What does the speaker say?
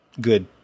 good